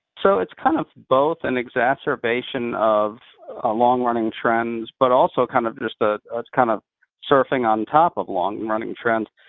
so it's kind of both and exacerbation of ah long-running trends, but also kind of just ah ah kind of surfing on top of long-running trends.